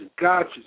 gotcha